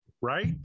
Right